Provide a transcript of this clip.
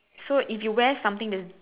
so if you wear something that's